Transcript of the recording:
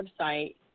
website